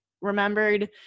remembered